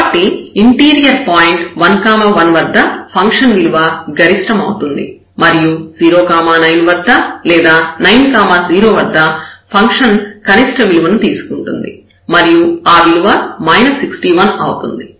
కాబట్టి interior point 1 1 వద్ద function విలువ గరిష్టమవుతుంది మరియు 0 9 వద్ద లేదా 9 0 వద్ద ఫంక్షన్ కనిష్ట విలువను కలిగి ఉంటుంది మరియు ఆ విలువ 61 అవుతుంది